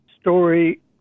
story